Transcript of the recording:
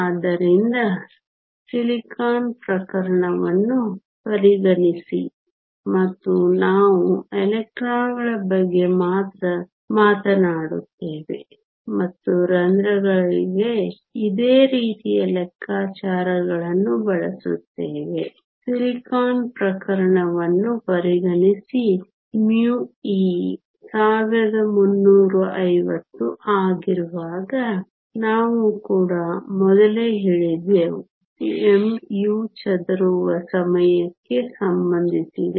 ಆದ್ದರಿಂದ ಸಿಲಿಕಾನ್ ಪ್ರಕರಣವನ್ನು ಪರಿಗಣಿಸಿ ಮತ್ತು ನಾವು ಸಿಲಿಕಾನ್ ಪ್ರಕರಣವನ್ನು ಪರಿಗಣಿಸಿ μe 1350 ಆಗಿರುವಾಗ ಎಲೆಕ್ಟ್ರಾನ್ಗಳ ಬಗ್ಗೆ ಮಾತ್ರ ಮಾತನಾಡುತ್ತೇವೆ ಮತ್ತು ರಂಧ್ರಗಳಿಗೆ ಇದೇ ರೀತಿಯ ಲೆಕ್ಕಾಚಾರಗಳನ್ನು ಬಳಸುತ್ತೇವೆ ನಾವು ಕೂಡ ಮೊದಲೇ ಹೇಳಿದ್ದೆವು mu ಚದುರುವ ಸಮಯಕ್ಕೆ ಸಂಬಂಧಿಸಿದೆ